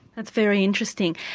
that's very interesting.